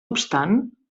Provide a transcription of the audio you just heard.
obstant